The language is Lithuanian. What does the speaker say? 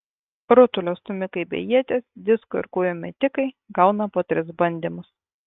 rutulio stūmikai bei ieties disko ir kūjo metikai gauna po tris bandymus